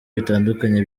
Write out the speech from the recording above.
bitandukanye